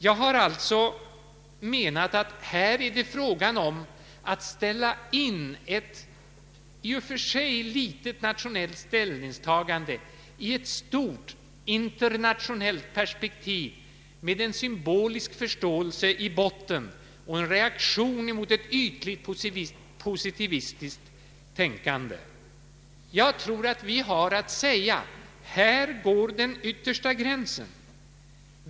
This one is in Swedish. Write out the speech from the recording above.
Jag anser alltså att det här är fråga om att ställa in ett nationellt ställningstagande i ett stort internationellt perspektiv med en symbolisk förståelse i botten och en reaktion mot ett ytdligt positivistiskt tänkande. Jag tror att vi har att säga: Här går den yttersta gränsen.